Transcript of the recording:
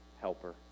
helper